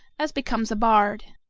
as becomes a bard.